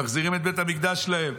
הם מחזירים את בית המקדש שלהם,